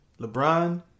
LeBron